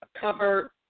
cover